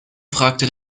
fragte